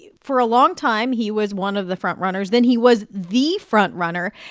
yeah for a long time, he was one of the front-runners. then he was the front-runner.